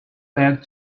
back